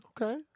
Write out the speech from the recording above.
Okay